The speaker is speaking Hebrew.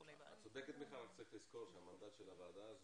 את צודקת אבל צריך לזכור שהמנדט של הוועדה הזאת